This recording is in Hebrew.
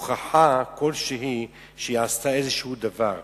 הוכחה כלשהי שהיא עשתה דבר כלשהו.